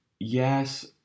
Yes